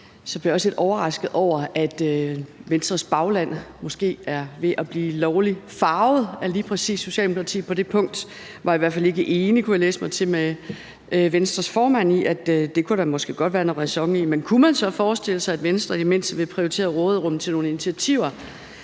så blev jeg også lidt overrasket over, at Venstres bagland måske er ved at blive lovlig farvet af lige præcis Socialdemokratiet på det punkt. Jeg var i hvert fald ikke enig, kunne jeg læse mig til, med Venstres formand i, at det kunne der måske godt være noget ræson i. Men kunne man så forestille sig, at Venstre i det mindste vil prioritere råderummet til nogle initiativer,